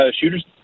shooters